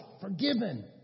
forgiven